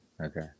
Okay